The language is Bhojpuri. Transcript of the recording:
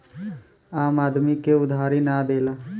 आम आदमी के उधारी ना देला